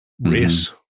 race